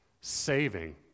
saving